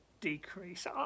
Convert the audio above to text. decrease